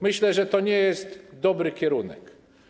Myślę, że to nie jest dobry kierunek.